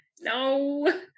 No